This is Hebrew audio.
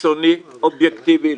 חיצוני אובייקטיבי,